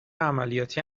عملیاتی